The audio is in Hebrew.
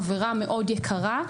חברה מאוד יקרה,